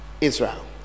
Israel